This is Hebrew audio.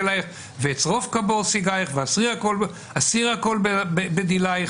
עלייך ואצרוף כבור סיגייך ואסירה כל בדילייך.